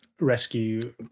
rescue